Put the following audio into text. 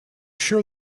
sure